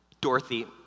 Dorothy